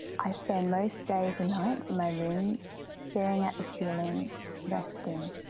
i spend most days and nights in my room staring at the ceiling resting.